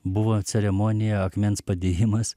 buvo ceremonija akmens padėjimas